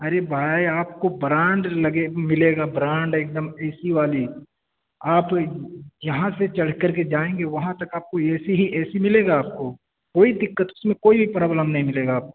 ارے بھائی آپ کو برانڈ لگے ملے گا برانڈ ایک دم اے سی والی آپ جہاں سے چڑھ کر کے جائیں گے وہاں تک آپ کو اے سی ہی اے سی ملے گا آپ کو کوئی دقت اس میں کوئی پرابلم نہیں ملے گا آپ کو